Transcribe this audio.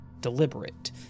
deliberate